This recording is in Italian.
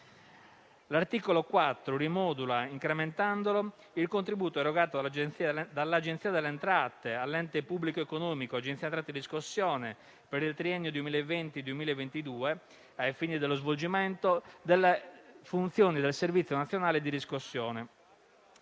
L'articolo 4 rimodula, incrementandolo, il contributo erogato dall'Agenzia delle entrate all'ente pubblico economico Agenzia delle entrate-riscossione per il triennio 2020-2022, ai fini dello svolgimento delle funzioni del servizio nazionale di riscossione.